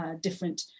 different